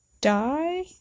die